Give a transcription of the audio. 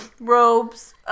robes